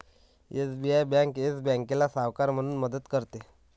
SBI bank Yes बँकेला सावकार म्हणून मदत करते